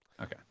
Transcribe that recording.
Okay